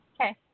okay